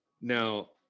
now